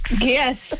Yes